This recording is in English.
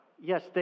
Yes